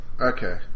Okay